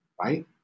Right